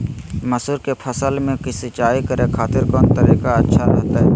मसूर के फसल में सिंचाई करे खातिर कौन तरीका अच्छा रहतय?